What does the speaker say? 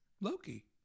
Loki